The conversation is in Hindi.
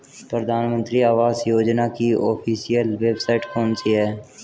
प्रधानमंत्री आवास योजना की ऑफिशियल वेबसाइट कौन सी है?